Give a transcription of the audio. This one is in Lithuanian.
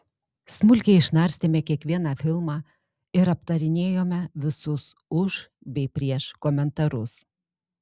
smulkiai išnarstėme kiekvieną filmą ir aptarinėjome visus už bei prieš komentarus